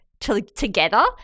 together